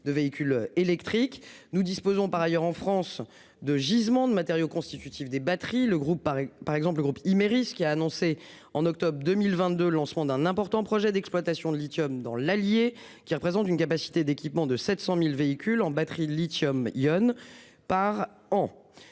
de véhicules électriques. Nous disposons par ailleurs en France de gisements de matériaux constitutifs des batteries, le groupe par par exemple le groupe il mérite ce qui a annoncé en octobre 2022, lancement d'un important projet d'exploitation de lithium dans l'Allier qui représentent une capacité d'équipements de 700.000 véhicules en batterie Lithium, Ion par an.